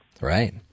Right